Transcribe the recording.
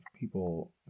people